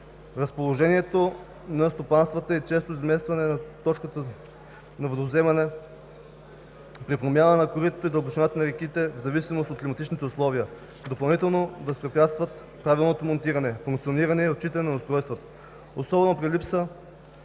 Разположението на стопанствата и честото изместване на точката на водовземане при промяна на коритото и дълбочината на реките в зависимост от климатичните условия допълнително възпрепятстват правилното монтиране, функциониране и отчитане на устройствата, особено при липсата